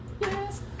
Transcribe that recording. Yes